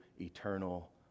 eternal